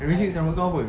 primary six rambut kau apa